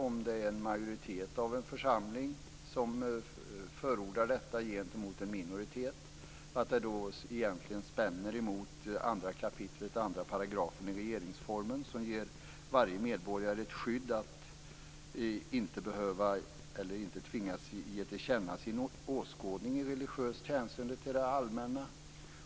Om en majoritet av en församling förordar detta gentemot en minoritet strider det egentligen mot 2 kap. 2 § regeringsformen, som ger varje medborgare ett skydd mot att tvingas ge till känna sin åskådning i religiöst hänseende till det allmänna.